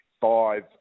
five